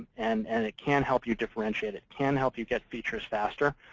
and and it can help you differentiate. it can help you get features faster.